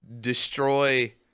destroy